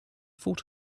thought